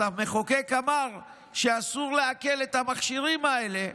אז המחוקק אמר שאסור לעקל את המכשירים האלה,